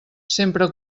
sempre